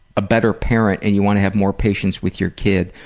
a better parent and you want to have more patience with your kid,